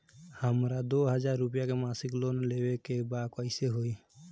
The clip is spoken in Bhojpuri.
हमरा दो हज़ार रुपया के मासिक लोन लेवे के बा कइसे होई?